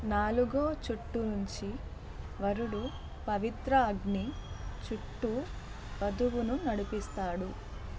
నాలుగు చుట్టు నుంచి వరుడు పవిత్ర అగ్ని చుట్టూ వధువును నడిపిస్తాడు